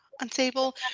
unstable